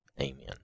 Amen